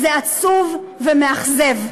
זה עצוב ומאכזב.